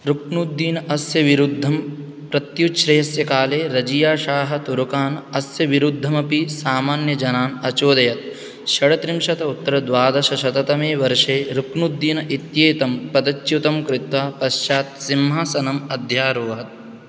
रुक्नुद्दीन् अस्य विरुद्धं प्रत्युच्छ्रयस्य काले रज़िया शाहतुरुकान् अस्य विरुद्धमपि सामान्यजनान् अचोदयत् षड्त्रिंशत् उत्तरद्वादशशततमे वर्षे रुक्नुद्दीन् इत्येतं पदच्युतं कृत्वा पश्चात् सिंहासनम् अध्यारोहत्